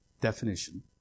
definition